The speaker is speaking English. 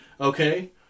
Okay